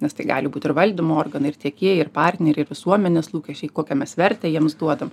nes tai gali būt ir valdymo organai ir tiekėjai ir partneriai ir visuomenės lūkesčiai kokią mes vertę jiems duodam